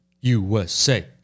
USA